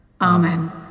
Amen